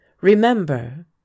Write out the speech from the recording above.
remember